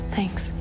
Thanks